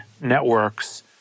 networks